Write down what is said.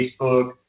Facebook